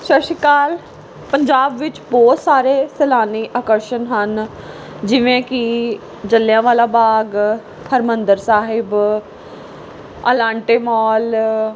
ਸਤਿ ਸ਼੍ਰੀ ਅਕਾਲ ਪੰਜਾਬ ਵਿੱਚ ਬਹੁਤ ਸਾਰੇ ਸੈਲਾਨੀ ਆਕਰਸ਼ਣ ਹਨ ਜਿਵੇਂ ਕਿ ਜਲਿਆਂ ਵਾਲਾ ਬਾਗ਼ ਹਰਿਮੰਦਰ ਸਾਹਿਬ ਅਲਾਂਟੇ ਮਾਲ